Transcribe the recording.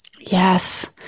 Yes